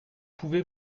pouvez